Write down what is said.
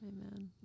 Amen